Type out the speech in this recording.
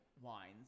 wines